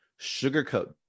sugarcoat